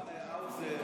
הוא